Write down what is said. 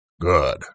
Good